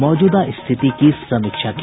मौजूदा स्थिति की समीक्षा की